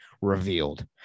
revealed